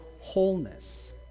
wholeness